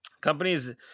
Companies